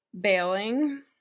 bailing